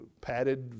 padded